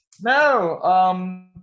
No